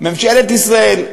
ממשלת ישראל,